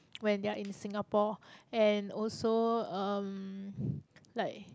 when they are in Singapore and also um like